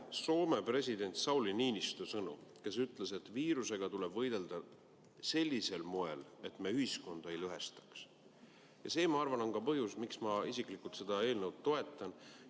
Soome presidendi Sauli Niinistö sõnu. Ta ütles, et viirusega tuleb võidelda sellisel moel, et me ühiskonda ei lõhestaks. See, ma arvan, on ka põhjus, miks ma isiklikult seda eelnõu toetan.